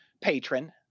patron